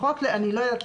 אני לא יודעת,